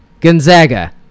Gonzaga